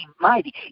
mighty